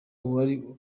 wari